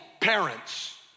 parents